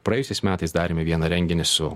praėjusiais metais darėme vieną renginį su